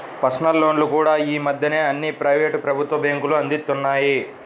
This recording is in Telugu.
పర్సనల్ లోన్లు కూడా యీ మద్దెన అన్ని ప్రైవేటు, ప్రభుత్వ బ్యేంకులూ అందిత్తన్నాయి